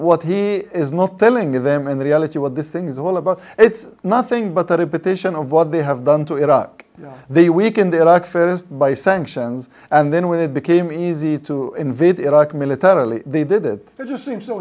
what he is not telling them and the reality what this thing is all about it's nothing but that a petition of what they have done to it up they weaken their act first by sanction ns and then when it became easy to invade iraq militarily they did it just seems so